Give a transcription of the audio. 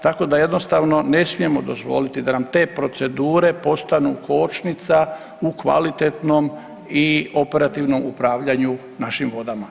Tako da jednostavno ne smijemo dozvoliti da nam te procedure postanu kočnica u kvalitetnom i operativnom upravljanju našim vodama.